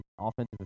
offensive